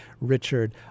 Richard